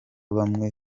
bamwe